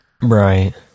right